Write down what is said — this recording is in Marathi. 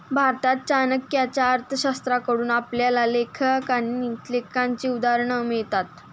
भारतात चाणक्याच्या अर्थशास्त्राकडून आपल्याला लेखांकनाची उदाहरणं मिळतात